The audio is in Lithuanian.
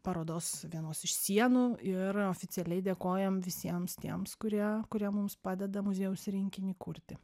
parodos vienos iš sienų ir oficialiai dėkojam visiems tiems kurie kurie mums padeda muziejaus rinkinį kurti